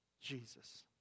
Jesus